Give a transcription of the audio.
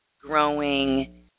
growing